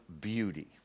beauty